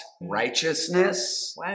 righteousness